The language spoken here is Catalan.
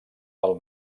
del